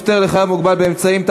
הפטר לחייב מוגבל באמצעים),